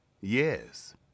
Yes